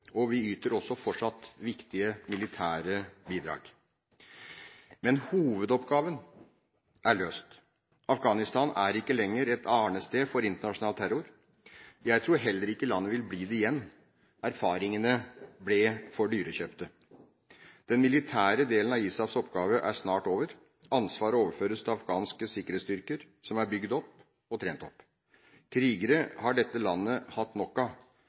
over. Vi yter også fortsatt viktige militære bidrag. Hovedoppgaven er løst. Afghanistan er ikke lenger et arnested for internasjonal terror. Jeg tror heller ikke landet vil bli det igjen. Erfaringene ble for dyrekjøpte. Den militære delen av ISAFs oppgave er snart over. Ansvaret overføres til afghanske sikkerhetsstyrker som er bygd opp og trent opp. Krigere har dette landet hatt